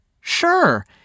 Sure